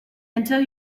until